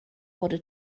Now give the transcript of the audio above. wurde